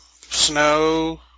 Snow